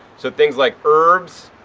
so things like herbs